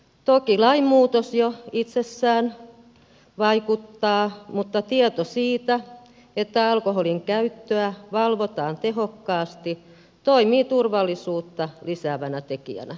toki lainmuutos jo itsessään vaikuttaa mutta tieto siitä että alkoholin käyttöä valvotaan tehokkaasti toimii turvallisuutta lisäävänä tekijänä